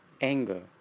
anger